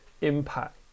impact